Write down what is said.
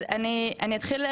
אז אני אתחיל,